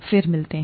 फिर मिलते हैं